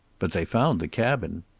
but they found the cabin.